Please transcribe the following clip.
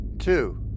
Two